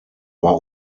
war